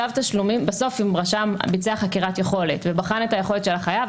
בסוף אם רשם ביצע חקירת יכולת ובחן את היכולת של החייב,